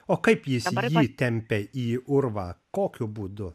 o kaip jis jį tempia į urvą kokiu būdu